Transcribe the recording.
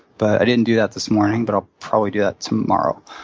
but i didn't do that this morning, but i'll probably do that tomorrow.